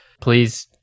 Please